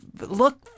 look